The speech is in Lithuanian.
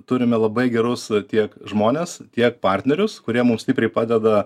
turime labai gerus tiek žmones tiek partnerius kurie mums stipriai padeda